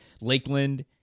Lakeland